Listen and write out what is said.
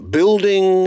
Building